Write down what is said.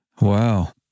wow